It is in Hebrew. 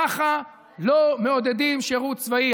ככה לא מעודדים שירות צבאי.